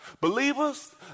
Believers